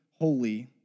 holy